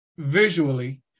Visually